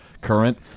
current